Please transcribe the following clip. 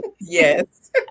yes